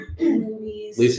movies